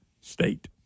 state